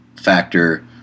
factor